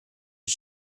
his